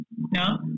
No